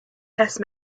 test